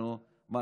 מה,